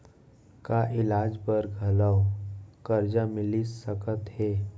का इलाज बर घलव करजा मिलिस सकत हे?